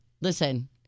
Listen